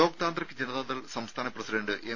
ലോക് താന്ത്രിക് ജനതാദൾ സംസ്ഥാന president M